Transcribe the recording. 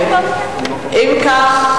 אם כך,